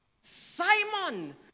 Simon